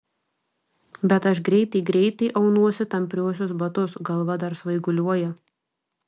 bet aš greitai greitai aunuosi tampriuosius batus galva dar svaiguliuoja